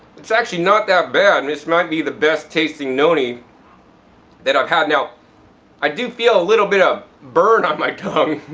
it's actually not that bad. and this might be the best tasting noni that i've had. now i do feel al little bit of burn on my tongue.